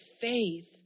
faith